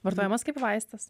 vartojamas kaip vaistas